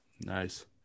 nice